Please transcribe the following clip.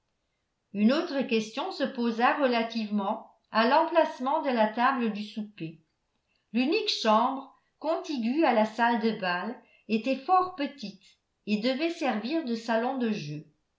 une autre question se posa relativement à l'emplacement de la table du souper l'unique chambre contiguë à la salle de bal était fort petite et devait servir de salon de jeu